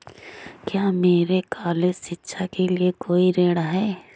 क्या मेरे कॉलेज शिक्षा के लिए कोई ऋण है?